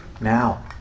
Now